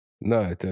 No